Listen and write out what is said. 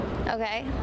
Okay